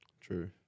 True